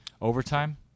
Overtime